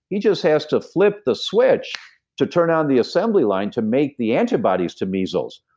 he just has to flip the switch to turn on the assembly line to make the antibodies to measles.